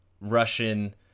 Russian